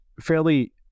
fairly